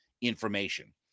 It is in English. information